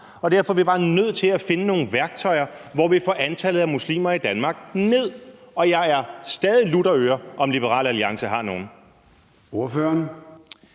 og derfor er vi bare nødt til at finde nogle værktøjer, hvor vi får antallet af muslimer i Danmark ned, og jeg er stadig lutter øren over for, om Liberal Alliance har nogen. Kl.